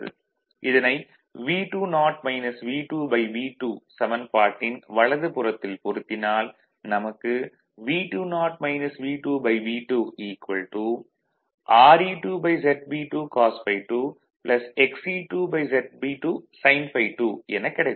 இதனை V20 V2V2 சமன்பாட்டின் வலது புறத்தில் பொருத்தினால் நமக்கு V20 V2V2 Re2ZB2 cos ∅2 Xe2 ZB2 sin ∅2 எனக் கிடைக்கும்